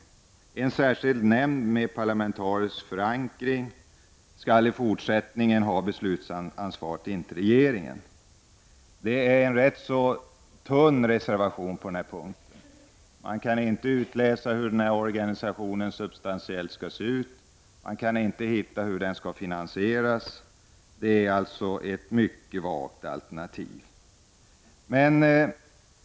En särskild nämnd med parlamentarisk förankring skall i fortsättningen ha beslutsansvaret i stället för regeringen. Det föreligger en ganska tunn reservation på den punkten. Det går inte att utläsa hur den här organisationen substantiellt skall se ut. Det framgår inte heller hur den skall finansiseras. Det är alltså ett mycket vagt alternativ.